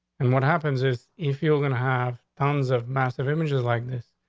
and what happens is if you're gonna have tons of massive images like this,